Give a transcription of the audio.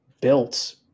built